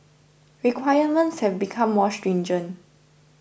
requirements have become more stringent